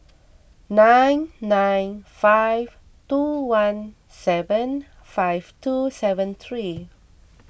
nine nine five two one seven five two seven three